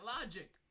logic